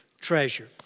treasure